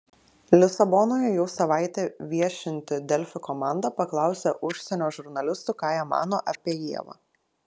lisabonoje jau savaitę viešinti delfi komanda paklausė užsienio žurnalistų ką jie mano apie ievą